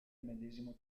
medesimo